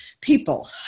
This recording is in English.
people